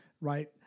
Right